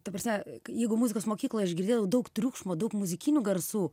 ta prasme jeigu muzikos mokykloj aš girdėjau daug triukšmo daug muzikinių garsų